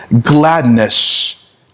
gladness